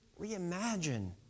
reimagine